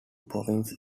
province